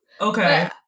Okay